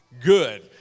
Good